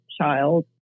child